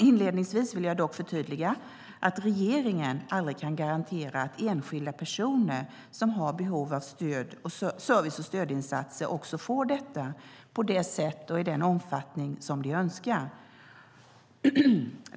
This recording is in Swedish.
Inledningsvis vill jag dock förtydliga att regeringen aldrig kan garantera att enskilda personer som har behov av service och stödinsatser också får detta på det sätt och i den omfattning de önskar.